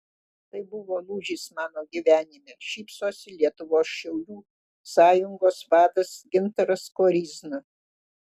tai buvo lūžis mano gyvenime šypsosi lietuvos šaulių sąjungos vadas gintaras koryzna